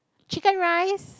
chicken rice